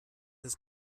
his